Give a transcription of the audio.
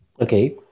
Okay